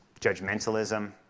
judgmentalism